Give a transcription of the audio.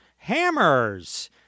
Hammers